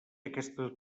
aquestes